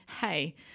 Hey